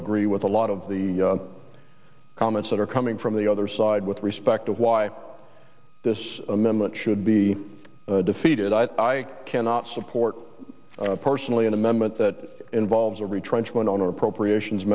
agree with a lot of the comments that are coming from the other side with respect to why this amendment should be defeated i cannot support personally an amendment that involves a retrenchment on an appropriations